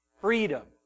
Freedom